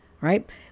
right